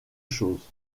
chose